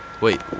wait